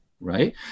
right